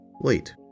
wait